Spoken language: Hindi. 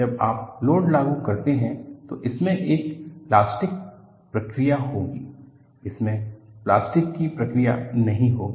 जब आप लोड लागू करते हैं तो इसमें एक इलास्टिक प्रतिक्रिया होगी इसमें प्लास्टिक की प्रतिक्रिया नहीं होगी